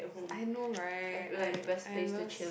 I know right I I loves